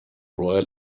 royal